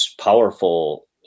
powerful